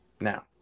now